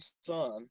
son